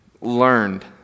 learned